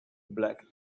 black